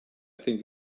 think